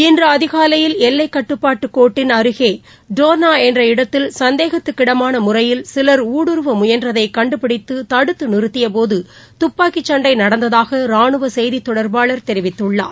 இன்றுஅதிகாலையில் எல்லைக்கட்டுப்பாட்டுகோட்டின் அருகேடோ்னாஎன்ற இடத்தில் சந்தேக்த்துக்கிடமானமுறையில் சிலர் ஊடுருவமுயன்றதைகண்டுபிடித்துதடுத்துநிறுத்தியபோதுதுப்பாக்கிசண்டைநடந்தததாகராணுவசெய்த ித்தொடர்பாளர் தெரிவித்துள்ளார்